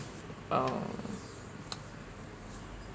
uh